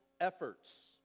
efforts